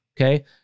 okay